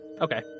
Okay